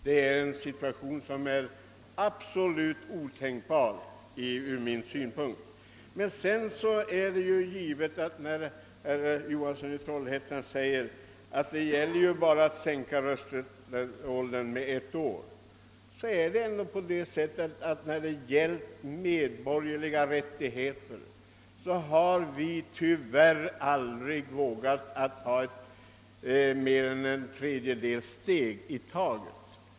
Det är en situation som ur min synpunkt är absolut otänkbar. Herr Johansson i Trollhättan säger att skillnaden bara gäller ett år. Jag vill framhålla att vi i de fall det gällt medborgerliga rättigheter aldrig tycks våga ta mer än ett tredjedels steg i taget.